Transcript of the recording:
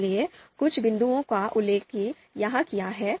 इसलिए कुछ बिंदुओं का उल्लेख यहां किया गया है